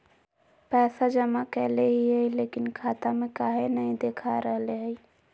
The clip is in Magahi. पैसा जमा कैले हिअई, लेकिन खाता में काहे नई देखा रहले हई?